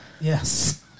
Yes